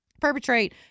perpetrate